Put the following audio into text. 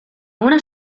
una